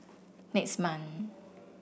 next month